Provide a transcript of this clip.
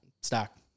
Stock